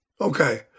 Okay